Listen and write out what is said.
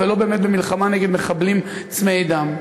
ולא באמת במלחמה נגד מחבלים צמאי דם.